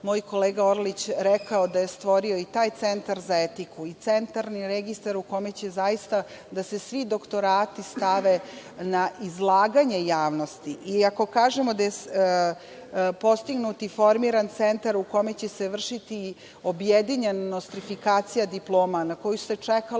moj kolega Orlić rekao, da je stvorio i taj centar za etiku i centralni registar u kome će zaista da se svi doktorati stave na izlaganje javnosti. Ako kažemo da je postignut i formiran centar u kome će se vršiti objedinjenost nostrifikacija diploma, na koju se čekalo